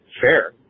fair